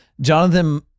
Jonathan